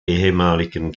ehemaligen